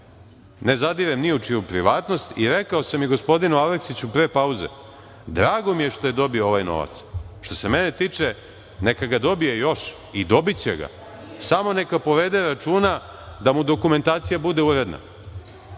Ne zadirem ni u čiju privatnost. Rekao sam i gospodinu Aleksiću pre pauze – drago mi je što je dobio ovaj novac. Što se mene tiče, neka ga dobije još. I dobiće ga. Samo neka povede računa da mu dokumentacija bude uredna.